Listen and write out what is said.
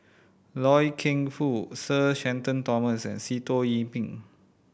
Loy Keng Foo Sir Shenton Thomas and Sitoh Yih Pin